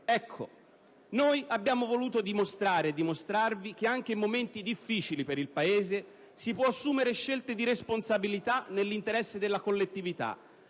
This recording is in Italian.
Ecco, noi abbiamo voluto dimostrare e dimostrarvi che anche in momenti difficili per il Paese si possono assumere scelte di responsabilità nell'interesse della collettività,